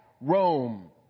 Rome